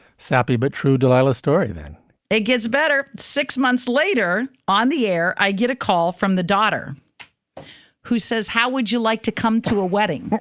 sappy but true delilah story then it gets better six months later on the air, i get a call from the daughter who says, how would you like to come to a wedding?